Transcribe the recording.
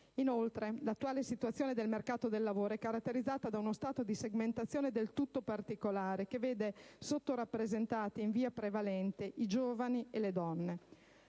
Inoltre, l'attuale situazione del mercato del lavoro è caratterizzata da uno stato di segmentazione del tutto particolare, che vede sottorappresentati in via assolutamente prevalente i giovani e delle donne.